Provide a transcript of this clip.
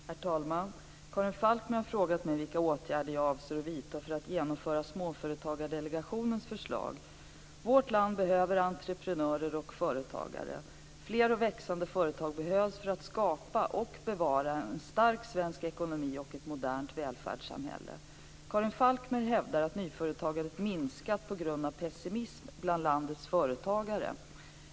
Herr talman! Karin Falkmer har frågat mig vilka åtgärder jag avser vidta för att genomföra Småföretagsdelegationens förslag. Vårt land behöver entreprenörer och företagare. Fler och växande företag behövs för att skapa och bevara en stark svensk ekonomi och ett modernt välfärdssamhälle. Karin Falkmer hävdar att nyföretagandet minskat på grund av pessimism bland landets företagare.